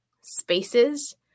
spaces